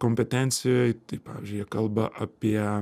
kompetencijoj tai pavyzdžiui jie kalba apie